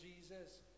Jesus